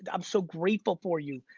and i'm so grateful for you,